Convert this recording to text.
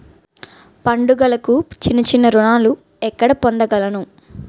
పండుగలకు చిన్న చిన్న రుణాలు ఎక్కడ పొందగలను?